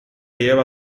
lleva